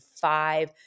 five